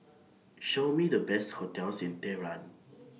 Show Me The Best hotels in Tehran